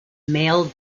male